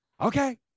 Okay